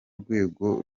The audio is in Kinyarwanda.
rwego